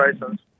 license